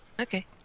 Okay